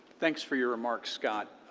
thanks for your remarks, scott.